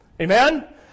Amen